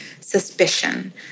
suspicion